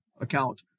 account